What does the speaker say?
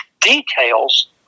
details